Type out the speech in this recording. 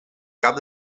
cap